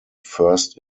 first